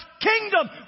kingdom